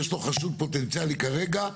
יש לו חשוד פוטנציאלי כרגע,